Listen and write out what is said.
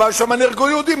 אבל שם נהרגו יהודים.